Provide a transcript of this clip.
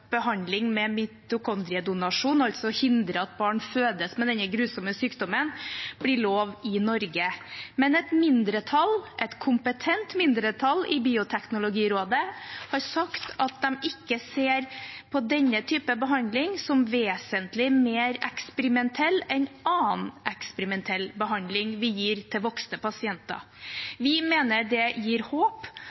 behandling med mitokondriedonasjon, altså å hindre at barn fødes med denne grusomme sykdommen, blir lov i Norge, men et mindretall, et kompetent mindretall i Bioteknologirådet, har sagt at de ikke ser på denne type behandling som vesentlig mer eksperimentell enn annen eksperimentell behandling vi gir til voksne pasienter. Vi mener det gir håp,